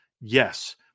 Yes